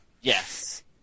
yes